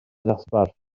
ddosbarth